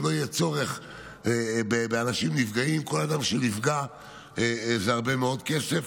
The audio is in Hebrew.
שלא יהיה צורך באנשים נפגעים כל אדם שנפגע זה הרבה מאוד כסף,